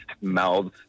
mouths